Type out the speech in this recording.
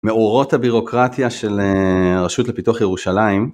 מאורות הבירוקרטיה של הרשות לפיתוח ירושלים.